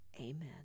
Amen